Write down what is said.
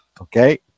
okay